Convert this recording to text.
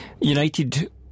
United